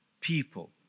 People